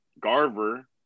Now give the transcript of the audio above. Garver